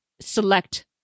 select